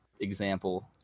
example